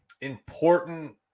important